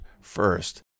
first